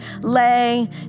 lay